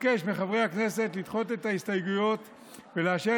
אבקש מחברי הכנסת לדחות את ההסתייגויות ולאשר